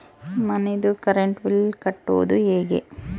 ಮನಿದು current bill ಕಟ್ಟೊದು ಹೇಗೆ?